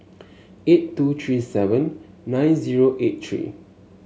eight two three seven nine zero eight three